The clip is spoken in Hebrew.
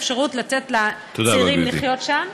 האפשרות לתת לצעירים לחיות שם.